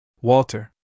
Walter